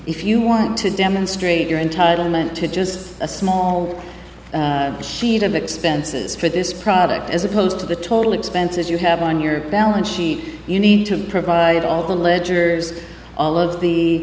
if you want to demonstrate your entitlement to just a small heat of expenses for this product as opposed to the total expenses you have on your balance sheet you need to provide all the ledgers all of the